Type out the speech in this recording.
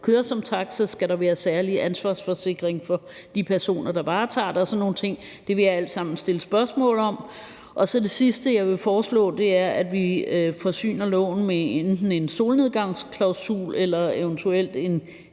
køre som taxa? Skal der være en særlig ansvarsforsikring for de personer, der varetager det, og sådan nogle ting? Det vil jeg alt sammen stille spørgsmål om. Det sidste, jeg vil foreslå, er, at vi forsyner loven med enten en solnedgangsklausul eller eventuelt en